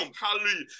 hallelujah